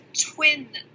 twin